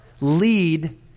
lead